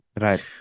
Right